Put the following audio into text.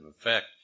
effect